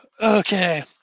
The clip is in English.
okay